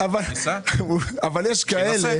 הוא ניסה?